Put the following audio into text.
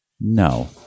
no